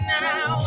now